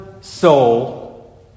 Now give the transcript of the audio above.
soul